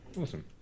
Awesome